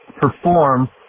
perform